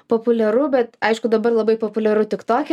populiaru bet aišku dabar labai populiaru tik toke